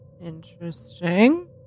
Interesting